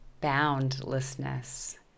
boundlessness